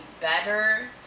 better